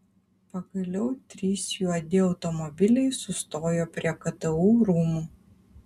pagaliau trys juodi automobiliai sustojo prie ktu rūmų